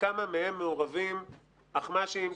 בכמה מהם מעורבים אחמ"שים,